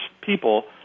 people